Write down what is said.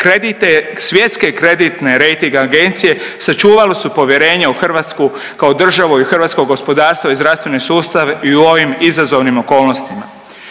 svjetske kreditne rejting agencije sačuvali su povjerenje u Hrvatsku kao državu i hrvatsko gospodarstvo i zdravstvene sustave i u ovim izazovnim okolnostima.